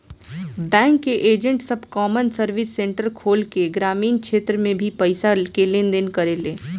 bank के agent सब common service centre खोल के ग्रामीण क्षेत्र में भी पईसा के लेन देन करेले